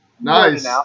Nice